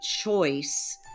choice